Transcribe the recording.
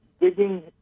digging